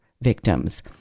victims